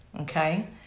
okay